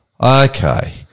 Okay